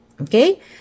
Okay